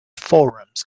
forums